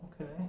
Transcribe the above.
Okay